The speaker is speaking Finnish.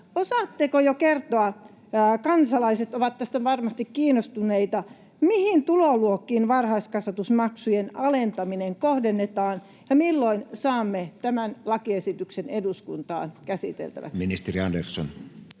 osaatteko jo kertoa — kansalaiset ovat tästä varmasti kiinnostuneita — mihin tuloluokkiin varhaiskasvatusmaksujen alentaminen kohdennetaan ja milloin saamme tämän lakiesityksen eduskuntaan käsiteltäväksi?